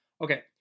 Okay